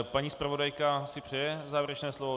Paní zpravodajka si přeje závěrečné slovo?